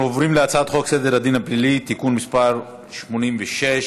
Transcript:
אנחנו עוברים להצעת חוק סדר הדין הפלילי (תיקון מס' 86),